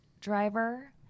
driver